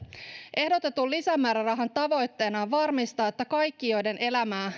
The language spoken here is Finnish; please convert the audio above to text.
ehdotetun lisämäärärahan tavoitteena on varmistaa että kaikki joiden elämää